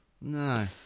No